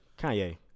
Kanye